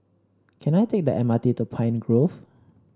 can I take the M R T to Pine Grove